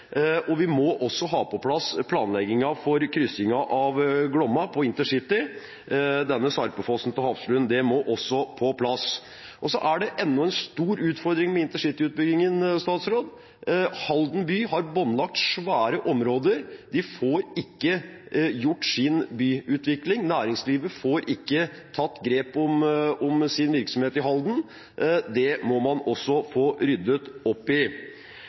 og vi må også ha på plass planleggingen for kryssingen av Glomma på InterCity ved Sarpsfossen og Hafslund. Så er det enda en stor utfordring med InterCity-utbyggingen, statsråd. Halden by har båndlagt svære områder. De får ikke gjort sin byutvikling, næringslivet får ikke tatt grep om sin virksomhet i Halden. Det må man også få ryddet opp i.